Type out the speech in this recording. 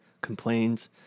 complains